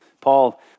Paul